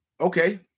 okay